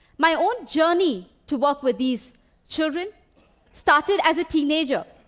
my own journey to work with these children started as a teenager.